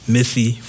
Missy